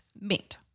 meat